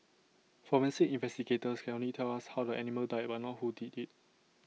forensic investigations can only tell us how the animal died but not who did IT